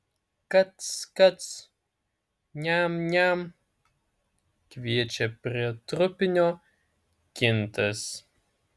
kac kac niam niam kviečia prie trupinio kintas